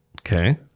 Okay